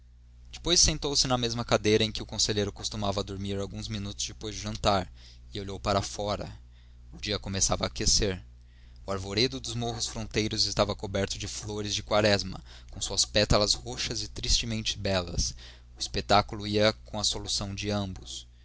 depois sentou-se na mesma cadeira em que o conselheiro costumava dormir alguns minutos depois de jantar e olhou para fora o dia começava a aquecer o arvoredo dos morros fronteiros estava coberto de flores da quaresma com suas pétalas roxas e tristemente belas o espetáculo ia com a situação de ambos